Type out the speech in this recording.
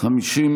נתקבלה.